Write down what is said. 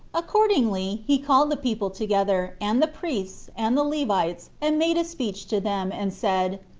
accordingly, he called the people together, and the priests, and the levites, and made a speech to them, and said,